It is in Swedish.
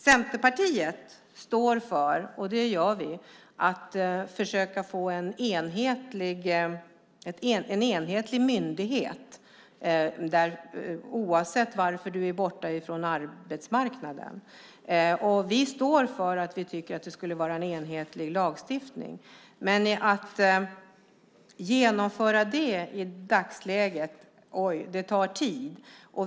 Centerpartiet står för att försöka - och försöker också - få en enhetlig myndighet för den som är borta från arbetsmarknaden oavsett varför man är det. Vi står för att vi tycker att det ska vara en enhetlig lagstiftning. Men det är svårt att genomföra det i dagsläget - det tar tid!